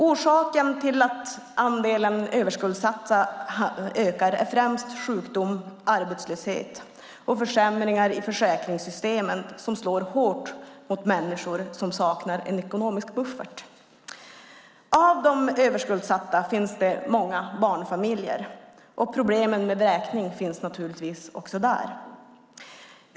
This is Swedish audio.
Orsaken till att andelen överskuldsatta ökar är främst sjukdom, arbetslöshet och försämringar i försäkringssystemet som slår hårt mot människor som saknar ekonomisk buffert. Bland de överskuldsatta finns det många barnfamiljer, och problemen med vräkning finns naturligtvis också där.